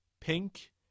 pink